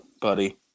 buddy